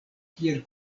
kiel